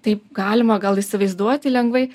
taip galima gal įsivaizduoti lengvai